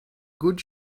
good